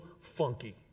funky